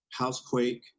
Housequake